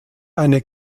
eine